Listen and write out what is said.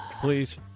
Please